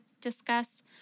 discussed